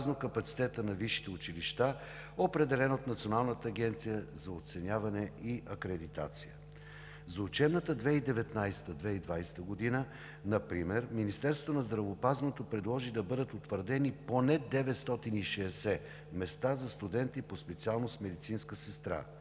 капацитета на висшите училища, определен от Националната агенция за оценяване и акредитация. За учебната 2019 – 2020 г. например Министерството на здравеопазването предложи да бъдат утвърдени поне 960 места за студенти по специалност „Медицинска сестра“.